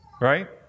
right